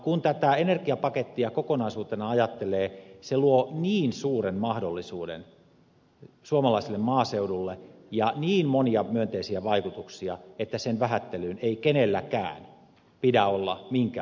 kun tätä energiapakettia kokonaisuutena ajattelee se luo niin suuren mahdollisuuden suomalaiselle maaseudulle ja niin monia myönteisiä vaikutuksia että sen vähättelyyn ei kenelläkään pidä olla minkäänlaista aihetta